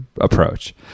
approach